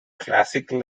classical